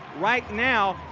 right now,